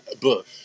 Bush